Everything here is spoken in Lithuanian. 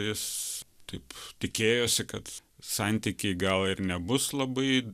jis taip tikėjosi kad santykiai gal ir nebus labai